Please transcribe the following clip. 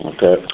Okay